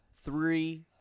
three